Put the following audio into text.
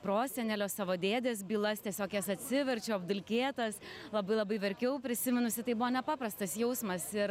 prosenelio savo dėdės bylas tiesiog jas atsiverčiau apdulkėtas labai labai verkiau prisiminusi tai buvo nepaprastas jausmas ir